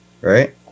right